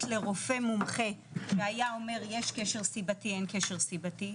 לרופא מומחה והיה אומר יש קשר סיבתי אין קשר סיבתי,